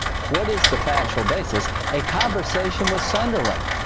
what is the factual basis? a conversation with sunderland.